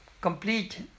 complete